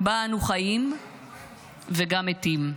שבה אנו חיים וגם מתים.